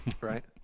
right